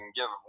give